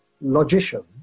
logician